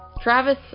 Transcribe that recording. Travis